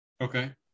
Okay